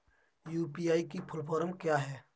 UPI की full form क्या है?